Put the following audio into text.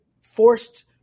forced